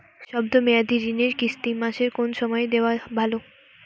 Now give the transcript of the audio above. শব্দ মেয়াদি ঋণের কিস্তি মাসের কোন সময় দেওয়া ভালো?